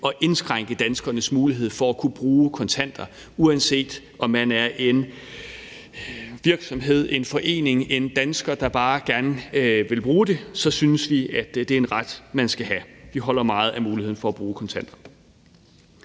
at indskrænke danskernes mulighed for at kunne bruge kontanter. Uanset om man er en virksomhed, en forening eller en dansker, der bare gerne vil bruge dem, synes vi, det er en ret, man skal have. Vi holder meget af muligheden for at bruge kontanter.